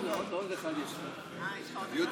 אדוני היושב-ראש,